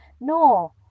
no